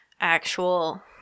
actual